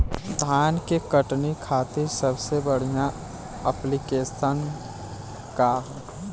धान के कटनी खातिर सबसे बढ़िया ऐप्लिकेशनका ह?